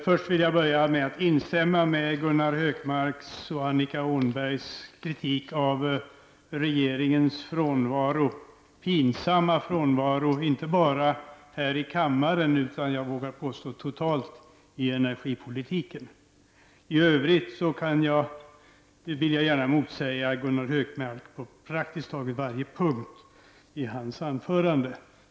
Fru talman! Jag vill börja med att instämma i Gunnar Hökmarks och Annika Åhnbergs kritik av regeringens pinsamma frånvaro och inte bara här i kammaren utan jag vågar påstå totalt i energipolitiken. I övrigt vill jag gärna motsäga Gunnar Hökmark på praktiskt taget varje punkt i hans anförande.